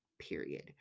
period